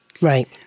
Right